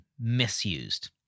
Misused